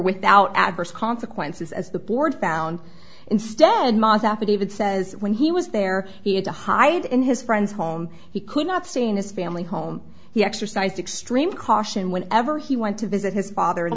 without adverse consequences as the board found instead month after david says when he was there he had to hide in his friend's home he could not seen his family home he exercised extreme caution whenever he went to visit his father and